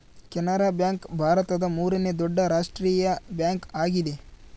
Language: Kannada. ಕೆನರಾ ಬ್ಯಾಂಕ್ ಭಾರತದ ಮೂರನೇ ದೊಡ್ಡ ರಾಷ್ಟ್ರೀಯ ಬ್ಯಾಂಕ್ ಆಗಿದೆ